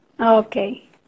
Okay